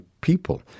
people